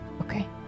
Okay